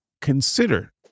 consider